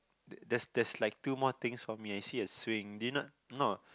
the~ there's there's like two more things for me I see a swing do you not no